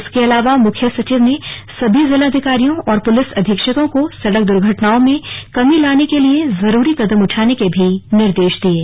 इसके अलावा मुख्य सचिव ने सभी जिलाधिकारियों और पुलिस अधीक्षकों को सड़क दुर्घटनाओं में कमी लाने के लिए जरूरी कदम उठाने के निर्देश दिए हैं